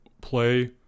play